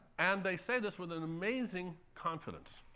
and they say this with an amazing confidence.